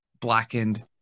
blackened